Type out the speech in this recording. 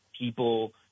people